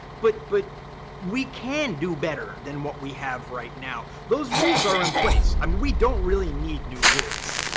but but we can do better than what we have right now. those rules are in place. i mean, we don't really need new rules.